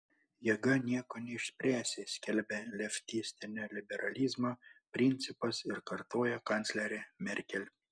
jėga nieko neišspręsi skelbia leftistinio liberalizmo principas ir kartoja kanclerė merkel